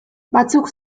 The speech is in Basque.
batzuk